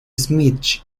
smith